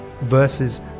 versus